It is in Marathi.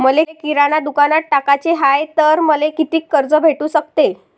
मले किराणा दुकानात टाकाचे हाय तर मले कितीक कर्ज भेटू सकते?